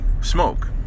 smoke